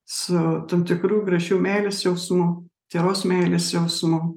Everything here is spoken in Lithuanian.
su tam tikru gražiu meilės jausmu tyros meilės jausmu